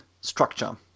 structure